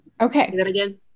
Okay